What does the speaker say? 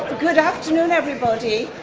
good afternoon, everybody.